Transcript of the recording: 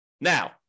Now